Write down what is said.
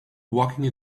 walking